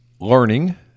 learning